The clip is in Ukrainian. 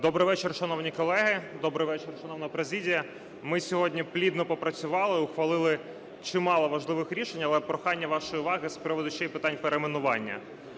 Добрий вечір, шановні колеги. Добрий вечір, шановна президія. Ми сьогодні плідно попрацювали, ухвалили чимало важливих рішень, але прохання вашої уваги з приводу ще й питань перейменування.